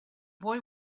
boy